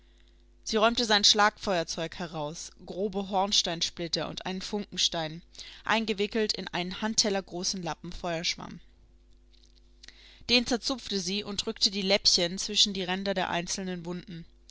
sie räumte sein schlagfeuerzeug heraus grobe hornsteinsplitter und einen funkenstein eingewickelt in einen handtellergroßen lappen feuerschwamm den zerzupfte sie und drückte die läppchen zwischen die ränder der einzelnen wunden